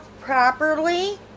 properly